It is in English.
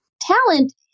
Talent